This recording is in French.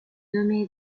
nommé